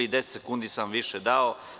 Deset sekundi sam vam više dao.